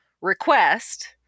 request